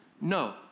No